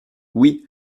oui